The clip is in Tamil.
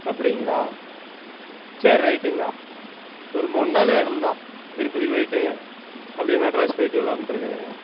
அப்படிங்களா சரி ரைட்டுங்ணா ஒரு மூண் நாள் வேணும்ணா திருப்பதி போயிட்டு அப்படியே மெட்ராஸ் போயிட்டு வரலாமுன்ருக்குறேங்க